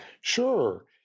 Sure